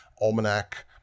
almanac